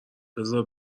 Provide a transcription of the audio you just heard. بزار